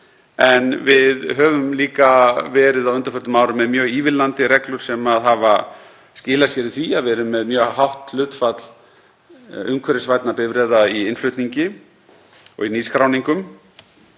En við höfum líka á undanförnum árum verið með mjög ívilnandi reglur sem hafa skilað sér í því að við erum með mjög hátt hlutfall umhverfisvænna bifreiða í innflutningi og í nýskráningum